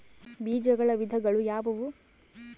ಬೇಜಗಳ ವಿಧಗಳು ಯಾವುವು?